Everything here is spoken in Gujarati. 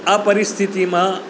આ પરિસ્થિતિમાં